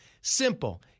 Simple